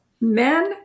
men